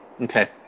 Okay